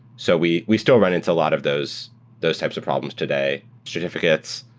so we we still run into a lot of those those types of problems today certificates,